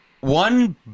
one